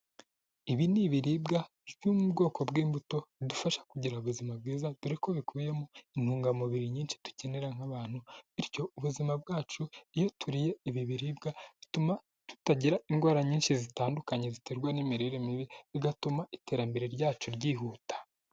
Ibi ni ibiribwa byo mu bwoko bw'imbuto bidufasha kugira ubuzima bwiza dore ko bikubiyemo intungamubiri nyinshi dukenera nk'abantu, bityo ubuzima bwacu iyo turiye ibi biribwa bituma tutagira indwara nyinshi zitandukanye ziterwa n'imirire mibi, bigatuma iterambere ryacu ryihuta.